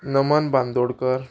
Naman Bandodkar